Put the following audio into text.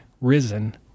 risen